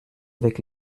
avec